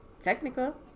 technical